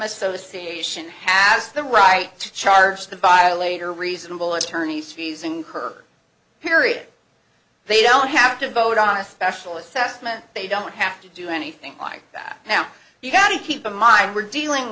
association has the right to charge the violator reasonable attorneys fees incur period they don't have to vote on a special assessment they don't have to do anything like that now you've got to keep in mind we're dealing